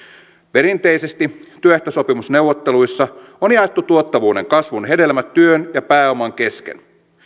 perinteisesti työehtosopimusneuvotteluissa on jaettu tuottavuuden kasvun hedelmät työn ja pääoman kesken